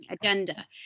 agenda